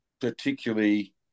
particularly